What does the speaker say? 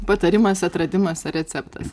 patarimas atradimas ar receptas